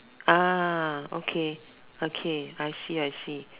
okay okay I see I see